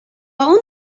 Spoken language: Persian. اون